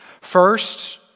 First